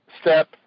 step